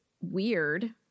weird